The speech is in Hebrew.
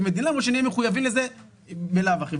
מדינה ושנהיה מחויבים לזה בלאו הכי.